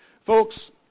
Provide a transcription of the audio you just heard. Folks